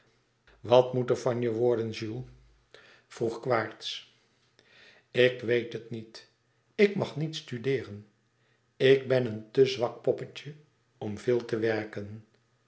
wat moet er van je worden jules vroeg quaerts ik weet het niet ik mag niet studeeren ik ben een te zwak poppetje om veel te werken